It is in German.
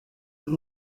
und